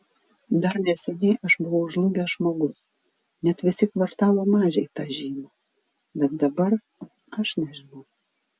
dar neseniai aš buvau žlugęs žmogus net visi kvartalo mažiai tą žino bet dabar aš nežinau